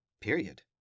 Period